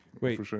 Wait